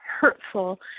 hurtful